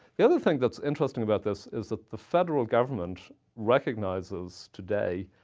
the other thing that's interesting about this is that the federal government recognizes, today,